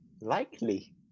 likely